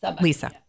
Lisa